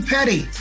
Petty